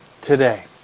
today